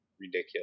ridiculous